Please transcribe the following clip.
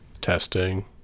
Testing